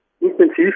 Intensiv